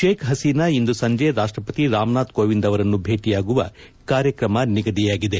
ಶೇಖ್ ಹಸೀನಾ ಇಂದು ಸಂಜೆ ರಾಷ್ಟಪತಿ ರಾಮನಾಥ್ ಕೋವಿಂದ್ ಅವರನ್ನು ಭೇಟಯಾಗುವ ಕಾರ್ಯಕ್ರಮ ನಿಗದಿಯಾಗಿದೆ